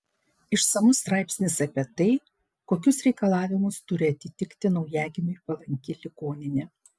išsamus straipsnis apie tai kokius reikalavimus turi atitikti naujagimiui palanki ligoninė